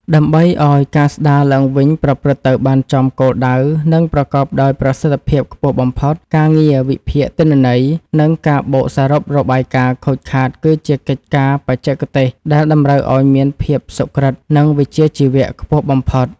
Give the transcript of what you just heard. ដើម្បីឱ្យការស្តារឡើងវិញប្រព្រឹត្តទៅបានចំគោលដៅ និងប្រកបដោយប្រសិទ្ធភាពខ្ពស់បំផុត ការងារវិភាគទិន្នន័យ និងការបូកសរុបរបាយការណ៍ខូចខាតគឺជាកិច្ចការបច្ចេកទេសដែលតម្រូវឱ្យមានភាពសុក្រឹត និងវិជ្ជាជីវៈខ្ពស់បំផុត។